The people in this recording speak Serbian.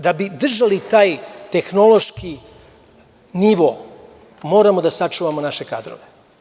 Da bi držali taj tehnološki nivo moramo da sačuvamo naše kadrove.